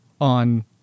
on